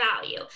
value